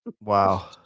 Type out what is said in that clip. Wow